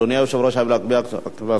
אדוני היושב-ראש, להצביע.